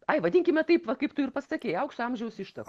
ai vadinkime taip va kaip tu ir pasakei aukso amžiaus ištakos